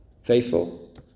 Faithful